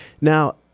Now